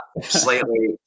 slightly